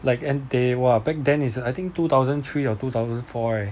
like and they were back then is I think two thousand three or two thousand four eh